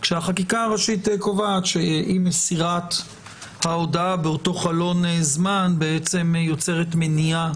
כשהחקיקה הראשית קובעת שאי מסירת ההודעה באותו חלון זמן יוצרת מניעה